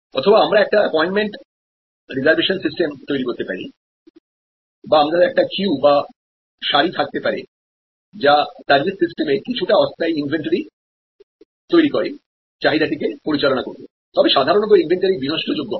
অথবা আমরা একটি অ্যাপয়েন্টমেন্ট রিজার্ভেশন সিস্টেম তৈরি করতে পারি বা আমাদের একটি কিউ থাকতে পারে যা সার্ভিস সিস্টেমে কিছুটা অস্থায়ী ইনভেন্টরি তৈরি করে চাহিদাটি পরিচালনা করবে তবে সাধারণত এই ইনভেন্টরি বিনষ্ট যোগ্য হয়